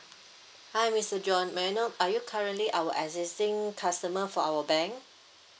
hi mister john may I know are you currently our existing customer for our bank